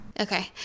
Okay